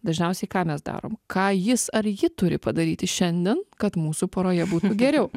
dažniausiai ką mes darom ką jis ar ji turi padaryti šiandien kad mūsų poroje būtų geriau